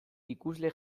ikusle